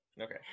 okay